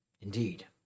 Indeed